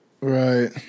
Right